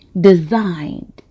designed